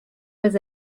was